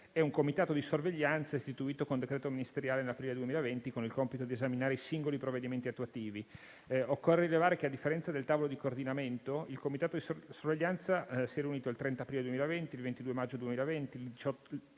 e un comitato di sorveglianza, istituito con decreto ministeriale nell' aprile 2020, con il compito di esaminare i singoli provvedimenti attuativi. Occorre rilevare che, a differenza del tavolo di coordinamento, il comitato di sorveglianza si è riunito il 30 aprile 2020, il 22 maggio 2020, il 18